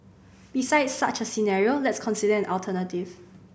besides such a scenario let's consider an alternative